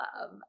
love